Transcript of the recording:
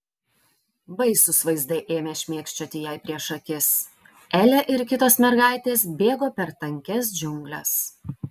baisūs vaizdai ėmė šmėkščioti jai prieš akis elė ir kitos mergaitės bėgo per tankias džiungles